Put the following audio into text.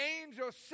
angels